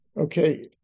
okay